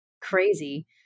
crazy